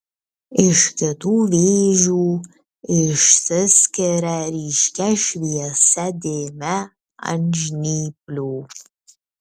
iš kitų vėžių išsiskiria ryškia šviesia dėme ant žnyplių